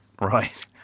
Right